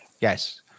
Yes